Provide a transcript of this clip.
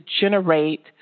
generate